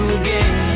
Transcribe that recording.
again